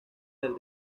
del